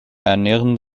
ernähren